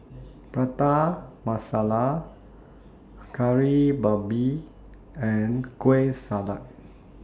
Prata Masala Kari Babi and Kueh Salat